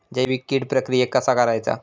जैविक कीड प्रक्रियेक कसा करायचा?